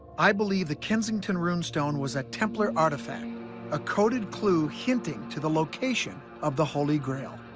i believe the kensington rune stone was a templar artifact a coded clue hinting to the location of the holy grail.